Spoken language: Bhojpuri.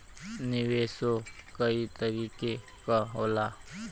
निवेशो कई तरीके क होला